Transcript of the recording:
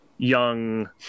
Young